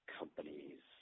companies